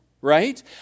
right